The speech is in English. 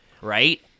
Right